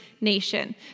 nation